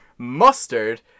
mustard